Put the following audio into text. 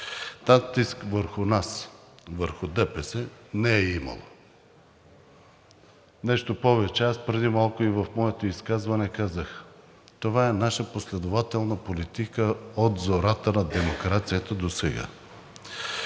натиск върху нас – върху ДПС, не е имало! Нещо повече, аз преди малко в моето изказване казах: това е наша последователна политика от зората на демокрацията досега.